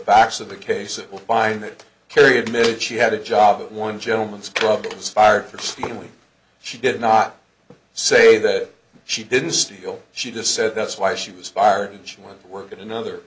facts of the case it will find that carrie admitted she had a job at one gentleman's club that was fired for stealing she did not say that she didn't steal she just said that's why she was fired and she went to work at another